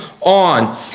on